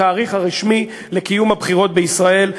התאריך הרשמי לקיום הבחירות בישראל,